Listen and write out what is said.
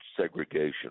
segregation